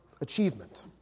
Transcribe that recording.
achievement